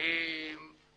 גם כן מעט,